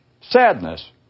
sadness